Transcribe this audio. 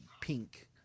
pink